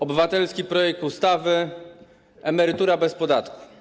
Obywatelski projekt ustawy Emerytura bez podatku.